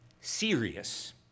serious